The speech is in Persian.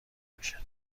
باشد